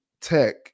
tech